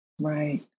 Right